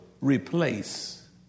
replace